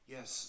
Yes